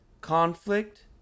Conflict